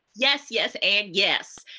yes, yes, and yes.